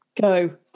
Go